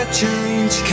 change